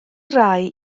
rai